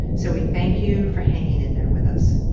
so we thank you for hanging in there with us.